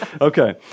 Okay